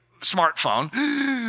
smartphone